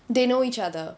they know each other